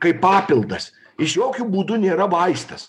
kaip papildas jis jokiu būdu nėra vaistas